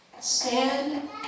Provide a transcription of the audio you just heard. Stand